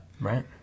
Right